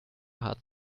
hart